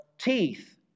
teeth